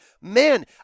Man